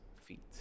feet